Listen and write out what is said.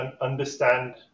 understand